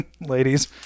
ladies